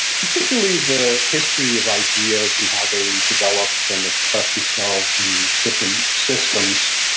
particularly the history of ideas and how they developed and expressed themselves in different systems.